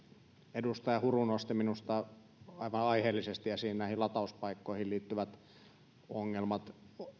edustaja huru nosti minusta aivan aiheellisesti esiin näihin latauspaikkoihin liittyvät ongelmat